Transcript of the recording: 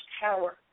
power